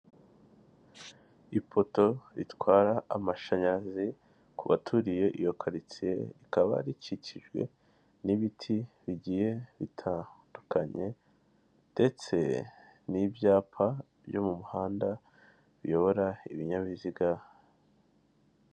Ipoto ritwara amashanyarazi ku baturiye iyo karitsiye ikaba ikikijwe n'ibiti bigiye bitandukanye ndetse n'ibyapa byo mu muhanda biyobora ibinyabiziga.